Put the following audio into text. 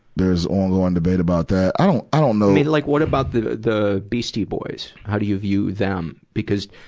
there's ongoing debate about that. i i you know mean, like what about the, the beastie boys. how do you view them? because,